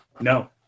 No